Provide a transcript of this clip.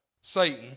Satan